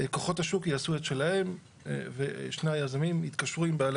כוחות השוק יעשו את שלהם ושני היזמים יתקשרו עם בעלי